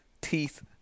teeth